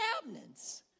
cabinets